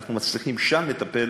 אנחנו מצליחים שם לטפל